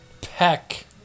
Peck